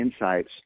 insights